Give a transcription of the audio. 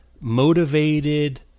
motivated